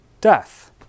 death